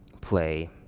play